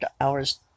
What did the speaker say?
hours